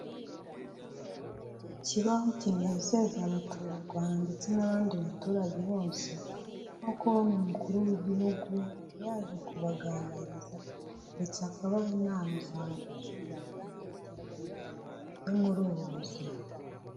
Nta kibaho kinezeza abaturarwanda ndetse n'abandi baturage bose, nko kubona umukuru w'igihugu yaje kubaganiriza ndetse akabaha inama zabafasha mu bijyanye n'iterambere ryo muri ubu buzima.